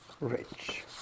rich